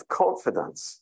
confidence